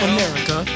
America